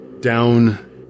down